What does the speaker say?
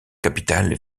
capitale